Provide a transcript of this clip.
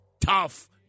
tough